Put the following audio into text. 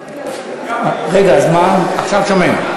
לא שומעים.